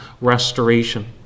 restoration